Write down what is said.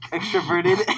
Extroverted